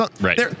Right